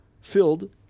filled